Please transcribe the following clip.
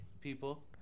people